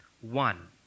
one